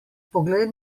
poglej